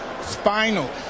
Spinal